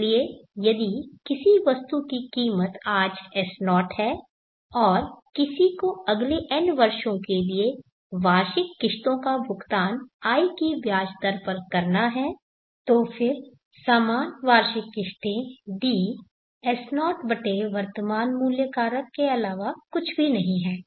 इसलिए यदि किसी वस्तु की कीमत आज S0 है और किसी को अगले n वर्षों के लिए वार्षिक किश्तों का भुगतान i की ब्याज दर पर करना है तो फिर समान वार्षिक किश्तें D S0 बटे वर्तमान मूल्य कारक के अलावा कुछ भी नहीं है